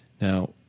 Now